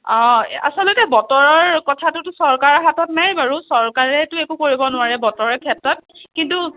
আচলতে বতৰৰ কথাটোতো চৰকাৰৰ হাতত নাই বাৰু চৰকাৰেটো একো কৰিব নোৱাৰে বতৰৰ ক্ষেত্ৰত কিন্তু